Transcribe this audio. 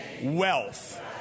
wealth